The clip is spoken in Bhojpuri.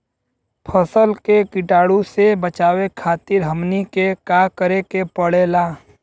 फसल के कीटाणु से बचावे खातिर हमनी के का करे के पड़ेला?